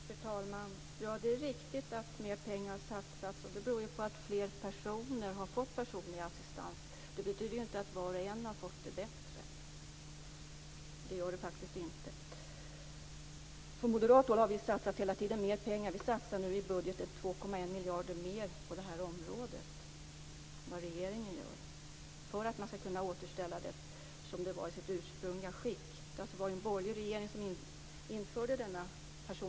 Fru talman! Det är riktigt att mer pengar har satsats. Det beror ju på att fler personer har fått personlig assistans. Det betyder inte att var och en har fått det bättre. Det gör det faktiskt inte. Från moderat håll har vi hela tiden satsat mera pengar. Vi satsar nu i budgeten 2,1 miljarder mer på det här området än vad regeringen gör för att man skall kunna återställa den personliga assistansen till sitt ursprungliga skick. Det var ju en borgerlig regering som införde den.